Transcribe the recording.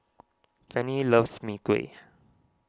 Fanny loves Mee Kuah